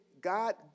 God